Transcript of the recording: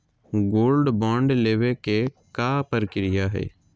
Gold bond लेवे के का प्रक्रिया हई?